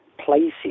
places